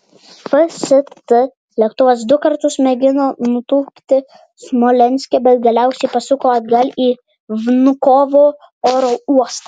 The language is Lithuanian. fst lėktuvas du kartus mėgino nutūpti smolenske bet galiausiai pasuko atgal į vnukovo oro uostą